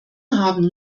haben